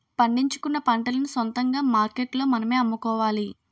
పండించుకున్న పంటలను సొంతంగా మార్కెట్లో మనమే అమ్ముకోవాలి